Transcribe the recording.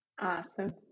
Awesome